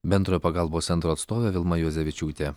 bendrojo pagalbos centro atstovė vilma juozevičiūtė